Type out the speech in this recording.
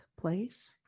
place